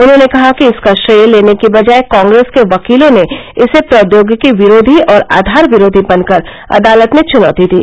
उन्होंने कहा कि इसका श्रेय लेने की बजाय कांग्रेस के वकीलों ने इसे प्रौद्योगिकी विरोधी और आधार विरोधी बनकर अदालत में चुनौती दी